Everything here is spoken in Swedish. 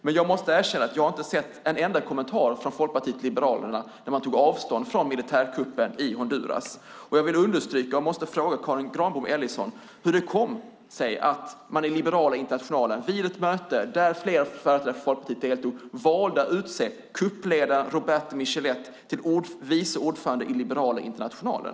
Men jag måste erkänna att jag inte har sett en enda kommentar från Folkpartiet liberalerna om att man tar avstånd från militärkuppen i Honduras. Jag måste därför fråga Karin Granbom Ellison hur det kom sig att man i Liberala internationalen vid ett möte där flera företrädare för Folkpartiet deltog valde att utse kuppledaren Roberto Micheletti till vice ordförande i Liberala internationalen.